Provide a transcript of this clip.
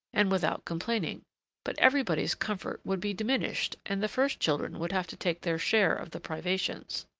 and without complaining but everybody's comfort would be diminished, and the first children would have to take their share of the privations.